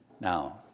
Now